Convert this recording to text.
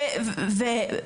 ועייפים.